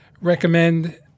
recommend